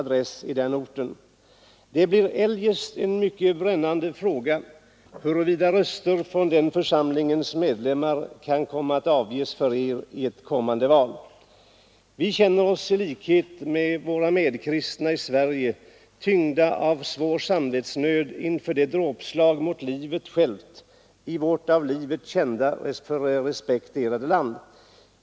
Det blir eljest en mycket brännande fråga huruvida röster från ——— medlemmar kan komma att avges för Eder i ett kommande val. Vi känner oss, i likhet med våra medkristna i Sverige, tyngda av svår samvetsnöd inför detta dråpslag mot livet självt i vårt av respekt för livet kända land.